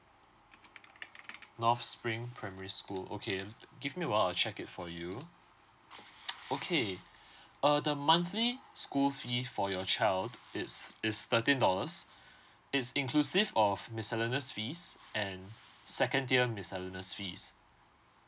north spring primary school okay give me a while I will check it for you okay uh the monthly school fee for your child is it's thirteen dollars it's inclusive of miscellaneous fees and second tier miscellaneous fees